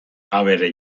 abere